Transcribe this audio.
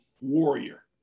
warrior